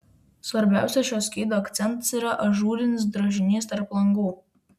svarbiausias šio skydo akcentas yra ažūrinis drožinys tarp langų